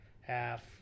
half